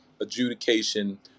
adjudication